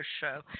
show